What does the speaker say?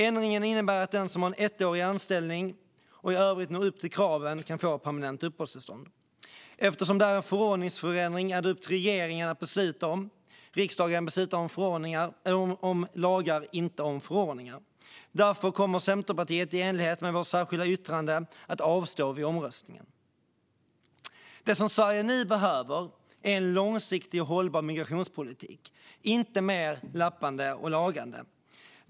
Ändringen innebär att den som har en ettårig anställning och i övrigt når upp till kraven kan få permanent uppehållstillstånd. Efter-som det är en förordningsförändring är det upp till regeringen att besluta om den. Riksdagen beslutar om lagar, inte om förordningar. Därför kommer Centerpartiet att i enlighet med vårt särskilda yttrande avstå vid omröstningen. Det som Sverige nu behöver är en långsiktig och hållbar migrations-politik, inte mer lappande och lagande.